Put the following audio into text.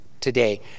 today